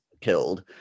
killed